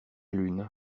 lune